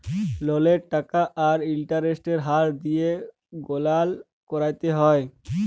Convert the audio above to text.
ললের টাকা আর ইলটারেস্টের হার দিঁয়ে গললা ক্যরতে হ্যয়